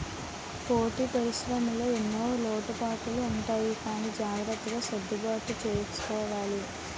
poultry పరిశ్రమలో ఎన్నో లోటుపాట్లు ఉంటాయి గానీ జాగ్రత్తగా సర్దుబాటు చేసుకోవాలిరా